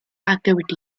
activity